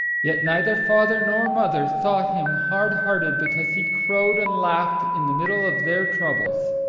yet neither father nor mother thought him hard-hearted because he crowed and laughed in the middle of their troubles.